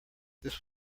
this